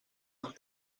amb